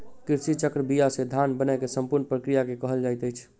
कृषि चक्र बीया से धान बनै के संपूर्ण प्रक्रिया के कहल जाइत अछि